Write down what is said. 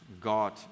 God